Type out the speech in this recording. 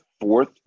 fourth